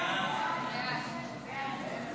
הצעת סיעות